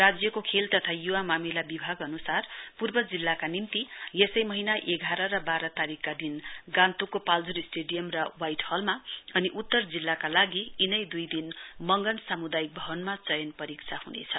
राज्यको खेल तथा युवा मामिला विभाग अनुसार पूर्व जिल्लाका निम्ति यसै महीना एघार र वाह्व तारीकका दिन गान्तोकको पाल्जोर स्टेडियम र ह्वाइट हलमा अनि उत्तर जिल्लाका लागि यीनै दुई दिन मंगन सामुदायिक भवनमा चयन परीक्षा हुनेछ